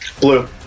Blue